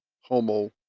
homo